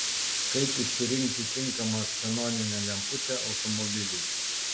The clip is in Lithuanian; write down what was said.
kaip išsirinkti tinkamą ksenoninę lemputę automobiliui